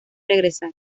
regresar